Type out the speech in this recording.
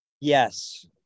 Yes